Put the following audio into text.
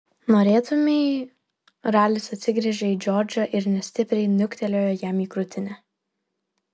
norėtumei ralis atsigręžė į džordžą ir nestipriai niuktelėjo jam į krūtinę